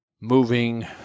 moving